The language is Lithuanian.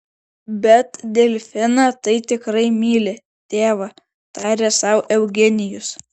bet delfiną tai tikrai myli tėvą tarė sau eugenijus